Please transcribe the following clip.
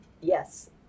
yes